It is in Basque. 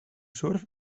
surf